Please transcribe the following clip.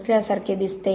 नसल्यासारखे दिसते